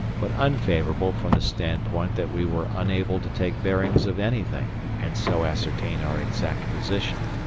but unfavourable from the standpoint that we were unable to take bearings of anything and so ascertain our exact position.